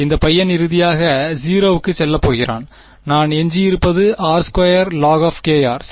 இந்த பையன் இறுதியாக 0 க்குச் செல்லப் போகிறான் நான் எஞ்சியிருப்பது r2log சரி